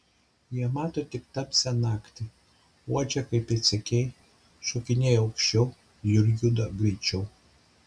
jie mato tik tamsią naktį uodžia kaip pėdsekiai šokinėja aukščiau ir juda greičiau